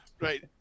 right